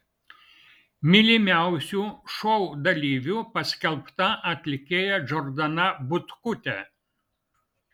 mylimiausiu šou dalyviu paskelbta atlikėja džordana butkutė